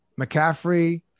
McCaffrey